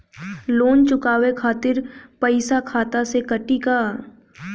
Loan चुकावे खातिर पईसा खाता से कटी का?